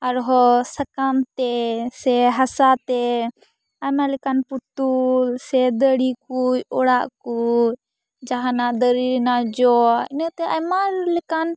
ᱟᱨᱦᱚᱸ ᱥᱟᱠᱟᱢ ᱛᱮ ᱥᱮ ᱦᱟᱥᱟ ᱛᱮ ᱟᱭᱢᱟ ᱞᱮᱠᱟᱱ ᱯᱩᱛᱩᱞ ᱥᱮ ᱫᱟᱨᱮ ᱠᱩᱡ ᱚᱲᱟᱜ ᱠᱩ ᱡᱟᱦᱟᱱᱟᱜ ᱫᱟᱨᱮ ᱨᱮᱱᱟᱜ ᱡᱚ ᱤᱱᱟᱹᱛᱮ ᱟᱭᱢᱟ ᱞᱮᱠᱟᱱ